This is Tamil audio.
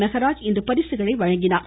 மெகராஜ் இன்று பரிசுகளை வழங்கினார்